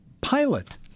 pilot